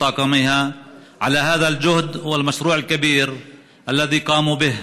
להנהלה שלו ולצוות שלו על המאמץ והפרויקט האדיר.